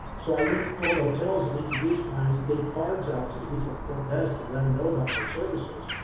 so i went to all the hotels and introduced and gave cards out to the people at the front desk and let them know about my services.